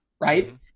Right